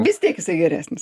vis tiek jisai geresnis